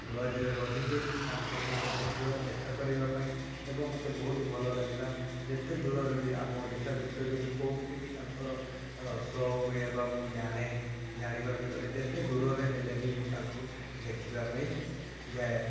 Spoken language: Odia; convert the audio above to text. ଲଜ୍ରେ ରହିଲି ତାଙ୍କ ସହିତ ଦେଖିବା ଦେଖା କରିବା ପାଇଁ ଏବଂ ମତେ ବହୁତ ଭଲ ଲାଗିଲା ଯେତେ ଦୂରରେ ବି ଆମ ଓଡ଼ିଶା ଭିତରେ ଯଦି କେଉଁଠି ବି ତାଙ୍କର ସୋ ହୁଏ ବା ମୁଁ ଜାଣେ ଜାଣିବା ଭିତରେ ଯେତେ ଦୂରରେ ହେଲେ ବି ମୁଁ ତାଙ୍କୁ ଦେଖିବା ପାଇଁ ଯାଏ